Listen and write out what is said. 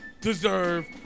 deserve